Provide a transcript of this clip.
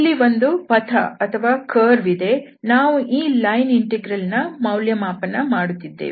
ಇಲ್ಲಿ ಒಂದು ಪಥ path ಅಥವಾ curveವಿದೆ ನಾವು ಈ ಲೈನ್ ಇಂಟೆಗ್ರಲ್ ನ ಮೌಲ್ಯಮಾಪನ ಮಾಡುತ್ತಿದ್ದೇವೆ